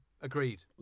agreed